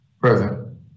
Present